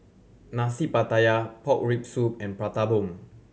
Nasi Pattaya pork rib soup and Prata Bomb